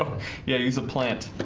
yeah use a plant